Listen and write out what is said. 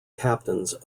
captains